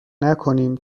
نکنیم